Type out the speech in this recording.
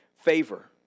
favor